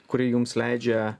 kuri jums leidžia